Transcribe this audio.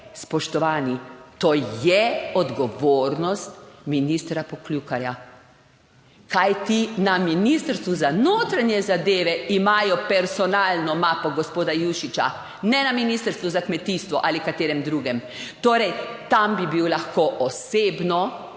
spoštovani, to je odgovornost ministra Poklukarja. Kajti, na Ministrstvu za notranje zadeve imajo personalno mapo gospoda Juršiča, ne na Ministrstvu za kmetijstvo ali katerem drugem, torej, tam bi bil lahko osebno